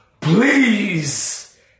please